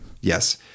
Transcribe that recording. yes